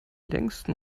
längsten